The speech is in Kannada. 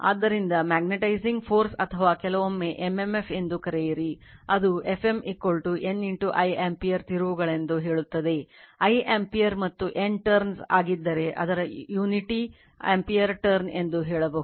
ಆದ್ದರಿಂದ ಮ್ಯಾಗ್ನೆಟೈಜಿಂಗ್ ಫೋರ್ಸ್ ಅಥವಾ ಕೆಲವೊಮ್ಮೆ m m f ಎಂದು ಕರೆಯಿರಿ ಅದು Fm N I ಆಂಪಿಯರ್ ತಿರುವುಗಳೆಂದು ಹೇಳುತ್ತದೆ I ಆಂಪಿಯರ್ ಮತ್ತು N ಟರ್ನ್ ಆಗಿದ್ದರೆ ಅದರ unity ಆಂಪಿಯರ್ ಟರ್ನ್ ಎಂದು ಹೇಳಬಹುದು